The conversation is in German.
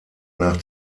nach